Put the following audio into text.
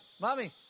mommy